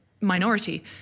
minority